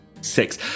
Six